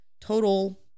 total